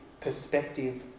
perspective